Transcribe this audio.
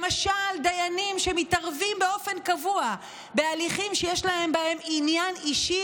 למשל דיינים שמתערבים באופן קבוע בהליכים שיש להם בהם עניין אישי,